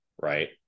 right